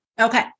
Okay